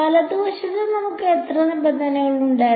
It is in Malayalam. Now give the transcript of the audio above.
വലതുവശത്ത് നമുക്ക് എത്ര നിബന്ധനകൾ ഉണ്ടായിരുന്നു